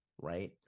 Right